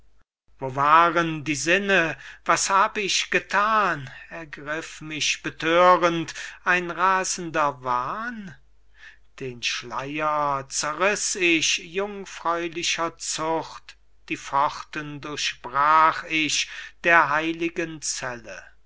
wo waren die sinne was hab ich gethan ergriff mich bethörend ein rasender wahn den schleier zerriß ich jungfräulicher zucht die pforten durchbrach ich der heiligen zelle